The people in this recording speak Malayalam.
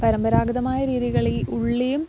പരമ്പരാഗതമായ രീതികളില് ഉള്ളിയും